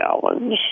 challenge